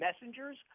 messengers